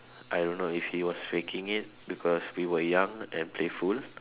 I don't know if he was faking it because we were young and playful